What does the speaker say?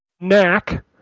Knack